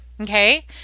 Okay